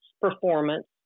performance